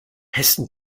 hessen